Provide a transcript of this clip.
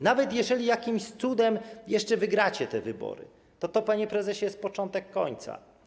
Nawet jeżeli jakimś cudem jeszcze wygracie te wybory, to jest to, panie prezesie, początek końca.